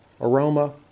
aroma